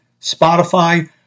Spotify